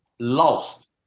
lost